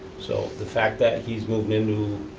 so the fact that he's moving into a